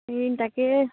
এই তাকে